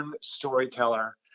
storyteller